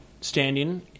standing